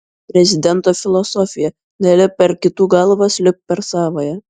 prezidento filosofija nelipk per kitų galvas lipk per savąją